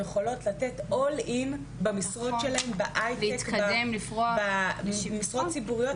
יכולות לתת all in במשרות שלהן בהייטק ובמשרות ציבוריות.